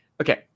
okay